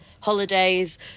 Holidays